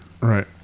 Right